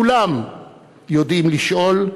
כולם יודעים לשאול,